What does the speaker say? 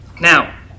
Now